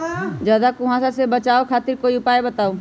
ज्यादा कुहासा से बचाव खातिर कोई उपाय बताऊ?